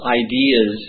ideas